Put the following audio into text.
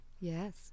Yes